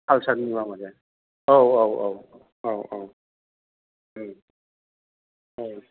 कालसारनि औ औ औ औ औ उम औ